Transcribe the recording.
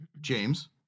James